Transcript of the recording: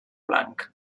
blanc